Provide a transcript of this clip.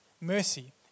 mercy